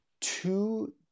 two